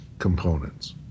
components